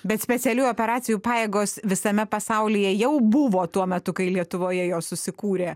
bet specialių operacijų pajėgos visame pasaulyje jau buvo tuo metu kai lietuvoje jos susikūrė